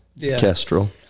Kestrel